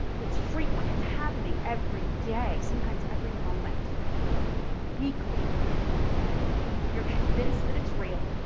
it's frequent it's happening every day sometimes every moment weakly okay you're convinced that it's real